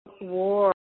war